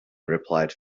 replied